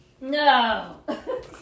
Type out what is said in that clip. No